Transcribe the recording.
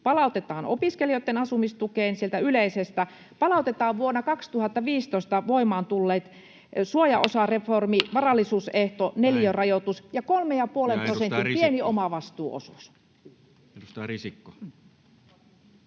palautetaan opiskelijoitten asumistukeen sieltä yleisestä ja palautetaan vuonna 2015 voimaan tulleet suojaosareformi, varallisuusehto, neliörajoitus ja kolmen ja puolen prosentin pieni omavastuuosuus. Näin. — Ja edustaja Risikko.